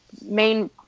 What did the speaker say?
main